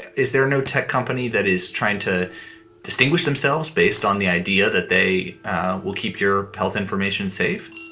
is there no tech company that is trying to distinguish themselves based on the idea that they will keep your health information safe?